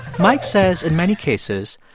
mike says, in many cases,